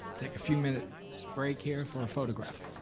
take a few minutes break here for a photograph.